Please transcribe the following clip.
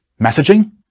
messaging